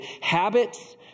habits